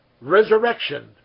resurrection